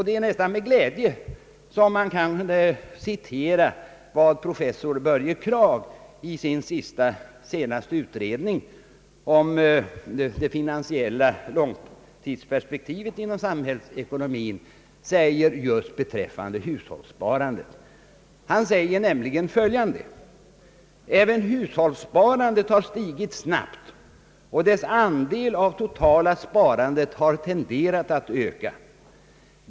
Det är nästan med glädje som man citerar vad professor Börje Kragh i sin senaste utredning om det finansiella långtidsperspektivet inom samhällsekonomin skriver just beträffande hushållssparandet: »Även hushållssparandet har stigit snabbt och dess andel av totala sparandet har tenderat att öka.